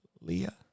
leah